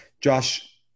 Josh